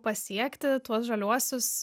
pasiekti tuos žaliuosius